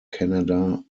canada